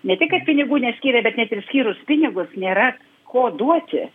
ne tik kad pinigų neskyrė bet net ir skyrus pinigus nėra ko duoti